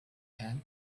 can